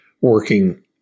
working